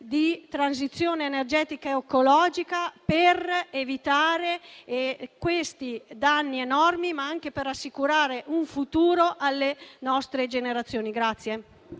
di transizione energetica ed ecologica per evitare questi danni enormi, ma anche per assicurare un futuro alle nostre generazioni.